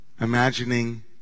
imagining